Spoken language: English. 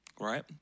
right